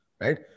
right